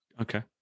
Okay